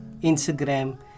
Instagram